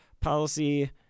policy